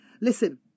Listen